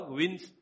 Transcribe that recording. wins